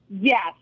Yes